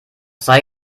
sei